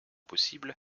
possible